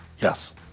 Yes